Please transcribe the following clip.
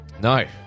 No